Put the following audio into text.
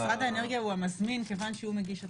משרד האנרגיה הוא המזמין כיוון שהוא מגיש התוכנית.